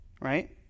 right